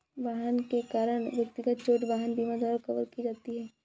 वाहन के कारण व्यक्तिगत चोट वाहन बीमा द्वारा कवर की जाती है